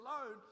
alone